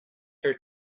her